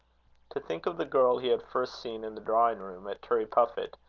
to think of the girl he had first seen in the drawing-room at turriepuffit,